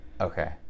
Okay